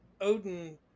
odin